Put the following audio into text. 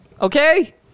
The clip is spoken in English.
Okay